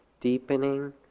deepening